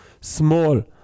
small